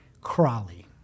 Crawley